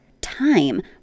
Time